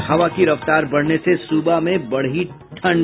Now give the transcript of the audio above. और हवा की रफ्तार बढ़ने से सुबह में बढ़ी ठंड